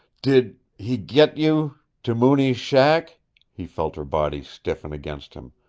did he get you to mooney's shack he felt her body stiffen against him.